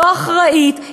לא אחראית,